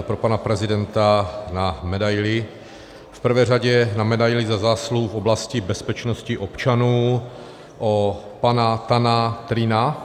pro pana prezidenta na medaili, v prvé řadě na medaili Za zásluhy v oblasti bezpečnosti občanů, o pana Tana Trinha.